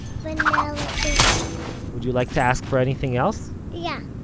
vanilla cake would you like to ask for anything else? yeah!